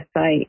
site